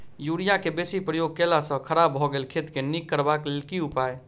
Urea केँ बेसी प्रयोग केला सऽ खराब भऽ गेल खेत केँ नीक करबाक लेल की उपाय?